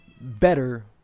better